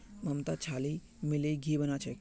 ममता छाली मिलइ घी बना छ